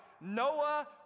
Noah